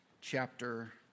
chapter